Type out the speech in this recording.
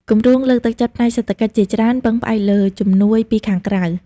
គម្រោងលើកទឹកចិត្តផ្នែកសេដ្ឋកិច្ចជាច្រើន ពឹងផ្អែកលើជំនួយពីខាងក្រៅ។